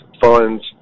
funds